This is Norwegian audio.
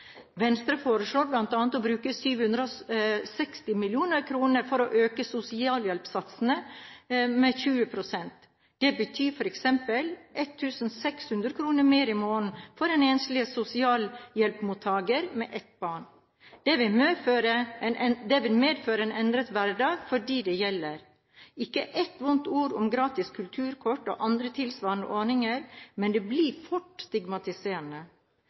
Venstre foreslår bl.a. å bruke 760 mill. kr for å øke sosialhjelpssatsene med 20 pst. Det betyr f.eks. 1 600 kr mer i måneden for en enslig sosialhjelpsmottaker med ett barn. Det vil medføre en endret hverdag for dem det gjelder. Ikke et vondt ord om gratis kulturkort og andre tilsvarende ordninger, men det blir fort stigmatiserende.